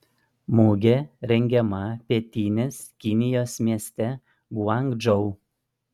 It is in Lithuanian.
mugė rengiama pietinės kinijos mieste guangdžou